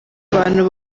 abantu